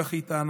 כך היא טענה,